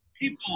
people